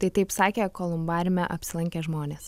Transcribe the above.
tai taip sakė kolumbariume apsilankę žmonės